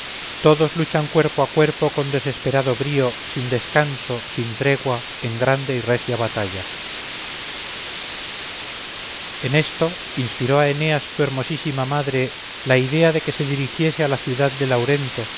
todos luchan cuerpo a cuerpo con desesperado brío sin descanso sin tregua en grande y recia batalla en esto inspiró a eneas su hermosísima madre la idea de que se dirigiese a la ciudad de laurento